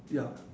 ya